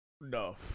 No